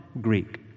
Greek